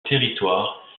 territoire